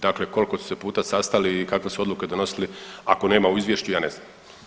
Dakle, koliko su se puta sastali i kakve su odluke donosili, ako nema u izvješću ja ne znam.